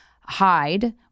hide